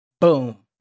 Boom